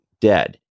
dead